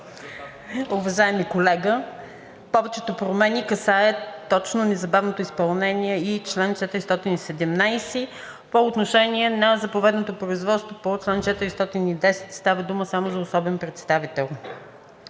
Уважаеми колега, повечето промени касаят точно незабавното изпълнение и чл. 417 по отношение на заповедното производство по чл. 410 – става дума само за особен представител.